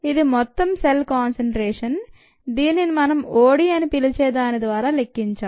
ఇది మొత్తంసెల్ కాన్సంట్రేషన్ దీనిని మనం ఓడీ అని పిలిచే దాని ద్వారా లెక్కించాం